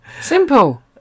Simple